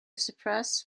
suppress